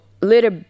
little